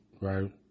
Right